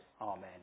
Amen